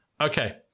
Okay